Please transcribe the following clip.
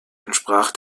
entsprach